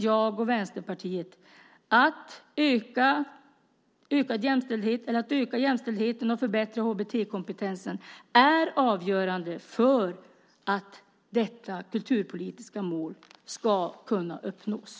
Jag och Vänsterpartiet anser att det är avgörande att öka jämställdheten och förbättra HBT-kompetensen för att detta kulturpolitiska mål ska kunna uppnås.